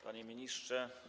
Panie Ministrze!